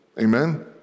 Amen